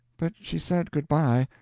but she said good-by.